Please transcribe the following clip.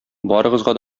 барыгызга